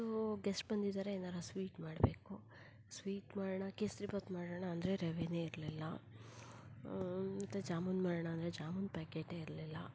ಅವತ್ತು ಗೆಸ್ಟ್ ಬಂದಿದ್ದಾರೆ ಏನಾರ ಸ್ವೀಟ್ ಮಾಡಬೇಕು ಸ್ವೀಟ್ ಮಾಡೋಣ ಕೇಸರಿ ಬಾತ್ ಮಾಡೋಣ ಅಂದರೆ ರವೆನೇ ಇರಲಿಲ್ಲ ಮತ್ತು ಜಾಮೂನು ಮಾಡೋಣ ಅಂದರೆ ಜಾಮುನ್ ಪ್ಯಾಕೇಟೆ ಇರಲಿಲ್ಲ